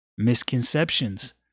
misconceptions